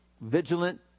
vigilant